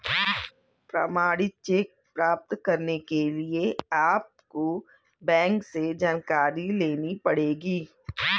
प्रमाणित चेक प्राप्त करने के लिए आपको बैंक से जानकारी लेनी पढ़ेगी